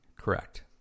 Correct